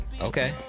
Okay